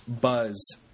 buzz